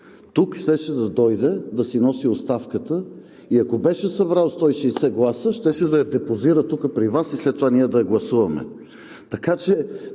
тук щеше да дойде да си носи оставката и ако беше събрал 160 гласа, щеше да я депозира тук при Вас и след това ние да я гласуваме.